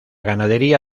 ganadería